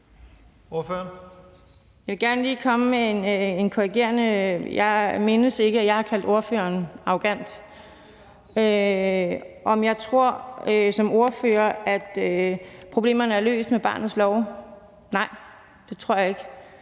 Jeg vil gerne lige komme med en korrektion. Jeg mindes ikke, at jeg har kaldt spørgeren arrogant. Så bliver der spurgt, om jeg som ordfører tror, at problemerne er løst med barnets lov. Nej, det tror jeg ikke,